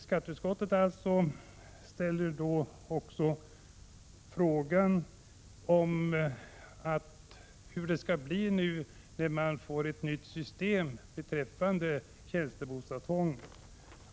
Skatteutskottet ställer också frågan hur det skall bli när det införs ett nytt system beträffande tjänstebostadstvånget.